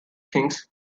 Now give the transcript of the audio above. things